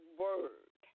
word